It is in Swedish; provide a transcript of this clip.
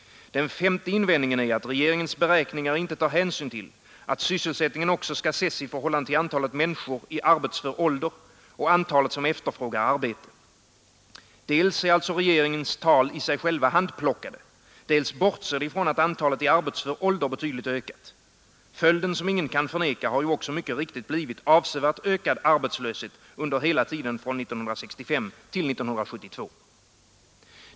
Den femte invändningen är att regeringens beräkningar inte tar hänsyn till att sysselsättningen också skall ses i förhållande till antalet människor i arbetsför ålder och antalet som efterfrågar arbete. Dels är regeringens tal i sig själva handplockade, dels bortser de från att antalet personer i arbetsför ålder betydligt ökat. Följden, som ingen kan förneka, har ju också mycket riktigt blivit avsevärt ökad arbetslöshet under hela tiden från 1965 till 1972.